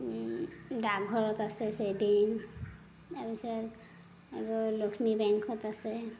ডকঘৰত আছে ছেভিং তাৰ পিছত আৰু লক্ষ্মী বেংকত আছে